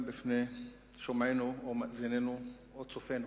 בפני שומעינו או מאזינינו או צופינו,